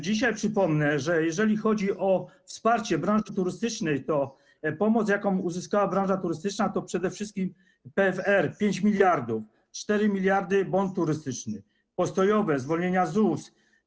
Dzisiaj, przypomnę, jeżeli chodzi o wsparcie branży turystycznej, że pomoc, jaką uzyskała branża turystyczna, to przede wszystkim pomoc z PFR - 5 mld, a 4 mld to: bon turystyczny, postojowe, zwolnienia z ZUS.